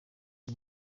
uwo